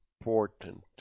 important